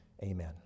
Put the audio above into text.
Amen